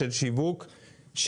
של שיווק,